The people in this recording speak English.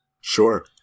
Sure